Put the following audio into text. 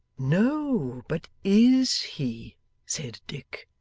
no, but is he said dick.